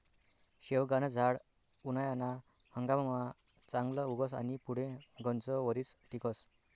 शेवगानं झाड उनायाना हंगाममा चांगलं उगस आनी पुढे गनच वरीस टिकस